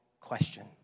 question